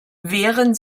wehren